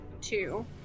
two